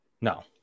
No